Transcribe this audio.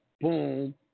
boom